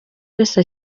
wese